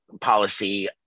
policy